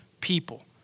people